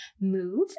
move